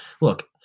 Look